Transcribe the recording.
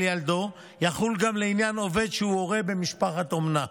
ילדו יחול גם לעניין עובד שהוא הורה במשפחת אומנה.